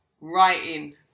writing